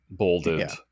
bolded